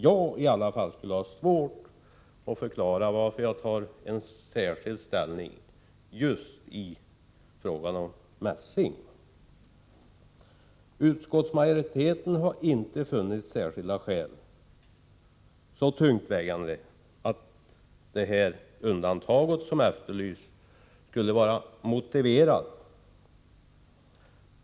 Jag skulle i varje fall ha svårt att förklara varför jag har ett särskilt ställningstagande just i frågan om mässing. Utskottsmajoriteten har inte funnit så tungt vägande särskilda skäl att det undantag som efterlysts skulle vara motiverat.